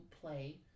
play